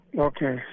Okay